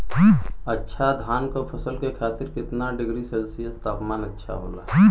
अच्छा धान क फसल के खातीर कितना डिग्री सेल्सीयस तापमान अच्छा होला?